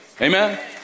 Amen